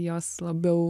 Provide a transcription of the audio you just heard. jos labiau